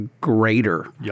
greater